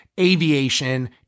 aviation